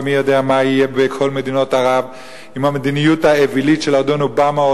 ומי יודע מה יהיה בכל מדינות ערב עם המדיניות האווילית של אדון אובמה,